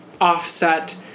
offset